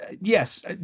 yes